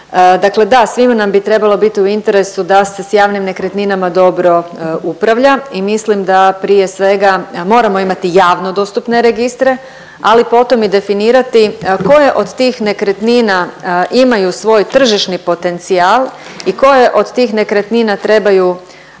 Dakle, da svima nam bi trebalo bit u interesu da se s javnim nekretninama dobro upravlja i mislim da prije svega moramo imati javno dostupne registre, ali potom i definirati koje od tih nekretnina imaju svoj tržišni potencijal i koje od tih nekretnina trebaju